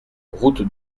route